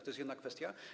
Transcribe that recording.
To jest jedna kwestia.